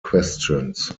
questions